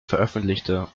veröffentlichte